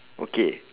okay